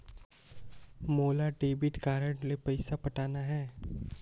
मोला debit card ले पइसा पटाना हे?